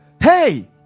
hey